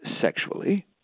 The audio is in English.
sexually